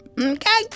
okay